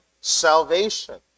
salvation